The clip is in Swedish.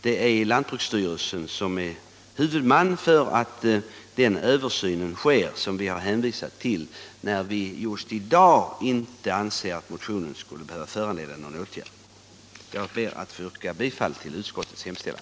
Det är lantbruksstyrelsen som är huvudman för denna översyn och som vi har hänvisat till när vi just i dag inte anser att motionen skulle behöva föranleda någon åtgärd. Jag ber att få yrka bifall till utskottets hemställan.